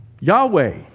Yahweh